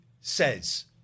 says